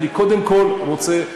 אני קודם כול רוצה,